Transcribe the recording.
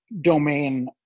domain